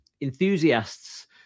enthusiasts